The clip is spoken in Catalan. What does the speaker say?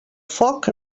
foc